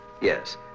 Yes